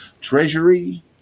Treasury